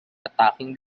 attacking